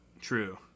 True